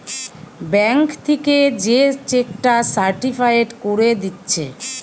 bank থিকে যে cheque টা সার্টিফায়েড কোরে দিচ্ছে